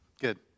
Good